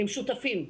הם שותפים.